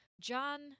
John